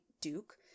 Duke